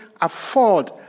afford